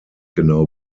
genau